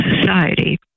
society